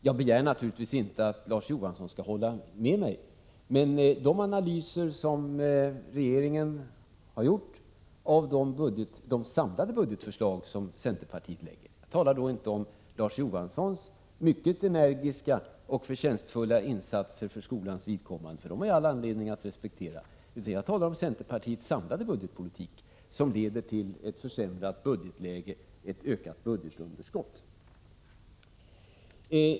Jag begär naturligtvis inte att Larz Johansson skall hålla med mig i fråga om de analyser som regeringen har gjort av centerpartiets samlade budgetförslag. Jag talar då inte om Larz Johanssons mycket energiska och förtjänstfulla insatser för skolans vidkommande, för dem har jag all anledning att respektera, utan jag talar om centerpartiets samlade budgetpolitik, som leder till ett försämrat budgetläge, ett ökat budgetunderskott.